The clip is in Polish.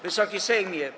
Wysoki Sejmie!